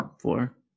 Four